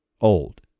old